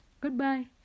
Goodbye